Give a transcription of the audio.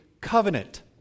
covenant